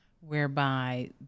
whereby